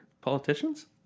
Politicians